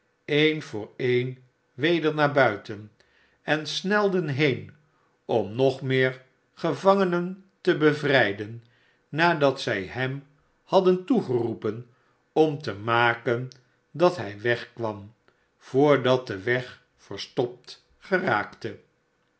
een voor een weder naar buiten en snelden heen om nog meergevangenen te bevrijden nadat zij hem hadden toegeroepen om t maken dat hij wegkwam voordat de weg verstopt geraakte